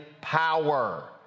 power